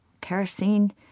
Kerosene